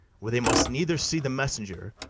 where they must neither see the messenger,